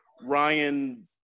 ryan